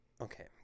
Okay